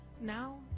Now